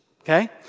okay